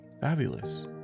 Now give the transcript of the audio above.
fabulous